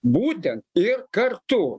būtent ir kartu